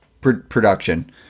production